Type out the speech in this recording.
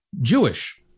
Jewish